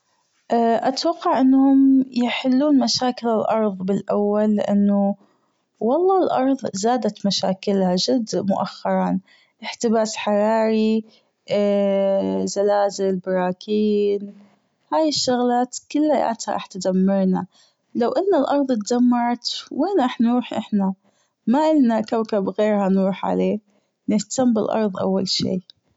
اتوقع أنهم يحلون مشاكل الأرض بالأول لأنه والله الأرض زادت مشاكلها جد مؤخرا أحتباس حراري زلازل براكين هي الشغلات كلياتها راح تدمرنا لو أن الأرض أتدمرت وين راح نروح أحنا ما ألنا كوكب غيرها نروح عليه نهتم بالأرض أول شي.